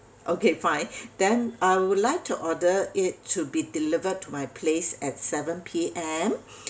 okay fine then I would like to order it to be delivered to my place at seven P_M